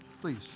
Please